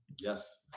Yes